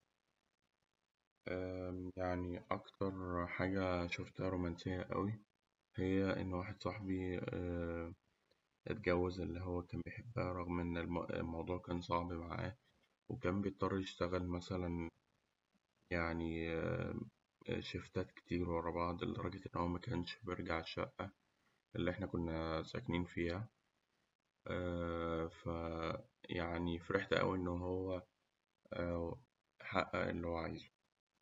أكتر حاجة رومانسية شوفتها إن واحد صاحبي اتجوز اللي هو بيحبها رغم إن الم- الموضوع كان صعب معاه، وكان بيضطر يشتغل مثلاً يعني شيفتات كتير ورا بعض لدرجة إن هو مكنش بيرجع الشقة اللي إحنا كنا ساكنين فيها، ف يعني فرحت أوي إن هو حقق اللي هو عايزه.